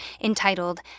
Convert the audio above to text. entitled